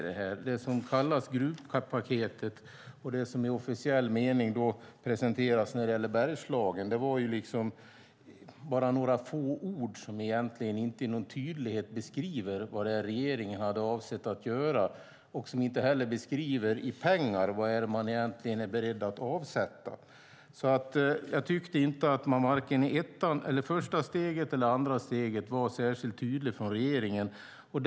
Det som kallas gruvpaketet och det som i officiell mening presenteras när det gäller Bergslagen är bara några få ord som egentligen inte med någon tydlighet beskriver vad regeringen avsett att göra och som inte heller beskriver vad man i pengar egentligen är beredd att avsätta. Jag tycker alltså att man vare sig i första steget eller i andra steget varit särskilt tydlig från regeringens sida.